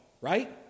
right